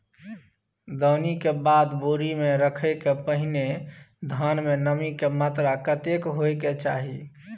दौनी के बाद बोरी में रखय के पहिने धान में नमी के मात्रा कतेक होय के चाही?